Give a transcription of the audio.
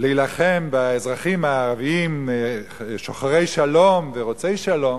להילחם באזרחים הערבים שוחרי שלום ורוצי שלום,